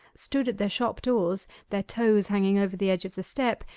stood at their shop-doors their toes hanging over the edge of the step,